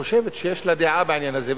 חושבת שיש לה דעה בעניין הזה,